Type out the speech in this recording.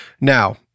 Now